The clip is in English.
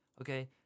okay